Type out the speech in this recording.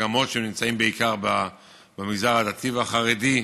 ממלכתי-דתי או מגמות שנמצאות בעיקר במגזר הדתי והחרדי.